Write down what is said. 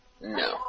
No